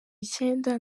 icyenda